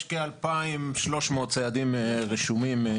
יש כ-2,300 ציידים רשומים.